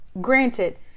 granted